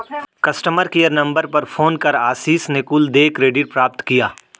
customer care number पर phone कर आशीष ने कुल देय क्रेडिट प्राप्त किया